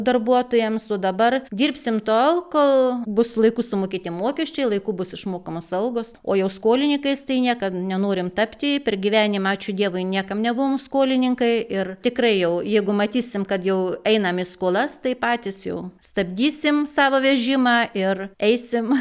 darbuotojams o dabar dirbsim tol kol bus laiku sumokėti mokesčiai laiku bus išmokamos algos o jau skolininkais tai niekam nenorim tapti per gyvenimą ačiū dievui niekam nebuvom skolininkai ir tikrai jau jeigu matysim kad jau einam į skolas tai patys jau stabdysim savo vežimą ir eisim